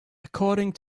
according